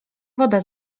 woda